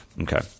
Okay